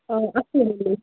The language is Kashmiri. آ اَصٕل گوٚو